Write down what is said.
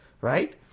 right